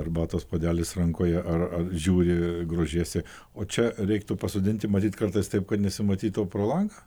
arbatos puodelis rankoje ar ar žiūri grožiesi o čia reiktų pasodinti matyt kartais taip kad nesimatytų pro langą